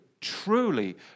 truly